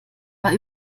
war